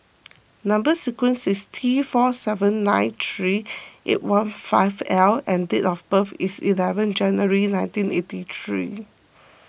Number Sequence is T four seven nine three eight one five L and date of birth is eleventh January nineteen eighty three